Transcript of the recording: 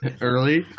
early